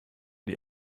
die